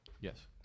Yes